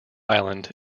island